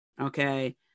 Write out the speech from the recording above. Okay